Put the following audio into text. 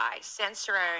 censoring